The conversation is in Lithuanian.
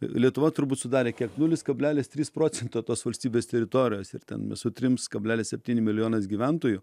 lietuva turbūt sudarė kiek nulis kablelis tris procento tos valstybės teritorijos ir ten su trims kablelis septyni milijonais gyventojų